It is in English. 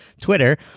Twitter